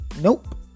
Nope